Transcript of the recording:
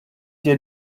dir